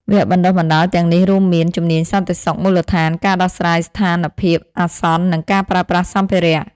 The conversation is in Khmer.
វគ្គបណ្ដុះបណ្ដាលទាំងនេះរួមមាន ជំនាញសន្តិសុខមូលដ្ឋាន ការដោះស្រាយស្ថានភាពអាសន្ន និងការប្រើប្រាស់សម្ភារៈ។